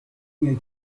بیای